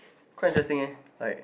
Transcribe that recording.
quite interesting leh like